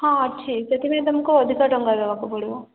ହଁ ଅଛି ସେଥିପାଇଁ ତୁମକୁ ଅଧିକ ଟଙ୍କା ଦେବାକୁ ପଡ଼ିବ